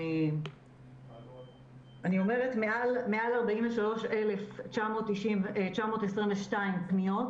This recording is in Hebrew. אני אומרת, מעל 43,922 פניות